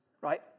right